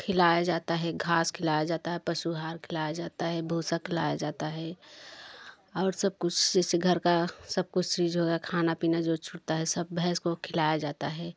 खिलाया जाता है घास खिलाया जाता है पशु आहार खिलाया जाता है भूसा खिलाया जाता है और सब कुछ से से घर का सब कुछ चीज जो है खाना पीना जो छुटता है सब भैंस को खिलाया जाता है